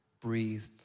breathed